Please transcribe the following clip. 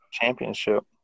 championship